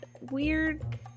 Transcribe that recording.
weird